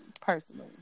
personally